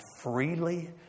freely